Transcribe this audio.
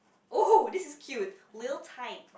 oh this is cute little tight